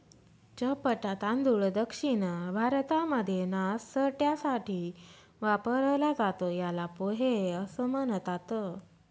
चपटा तांदूळ दक्षिण भारतामध्ये नाष्ट्यासाठी वापरला जातो, याला पोहे असं म्हणतात